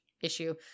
issue